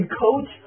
coach